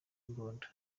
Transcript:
imbunda